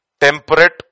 temperate